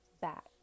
back